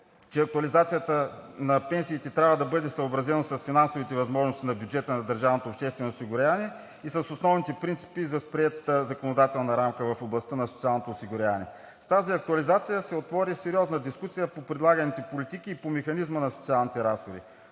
че актуализацията на пенсиите трябва да бъде съобразена с финансовите възможности на бюджета на държавното обществено осигуряване и с основните принципи за приетата законодателна рамка в областта на социалното осигуряване. С тази актуализация се отвори сериозна дискусия по предлаганите политики и по механизма на социалните разходи.